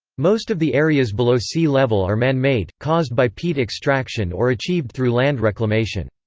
most of the areas below sea level are man-made, caused by peat extraction or achieved through land reclamation.